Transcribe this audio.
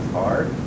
hard